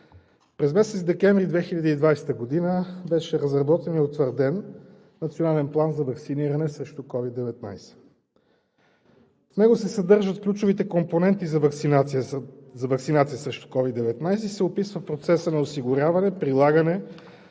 през месец декември 2020 г. беше разработен и утвърден Национален план за ваксиниране срещу COVID-19. В него се съдържат ключовите компоненти за ваксинация срещу COVID-19 и се описва процесът на осигуряване, прилагане,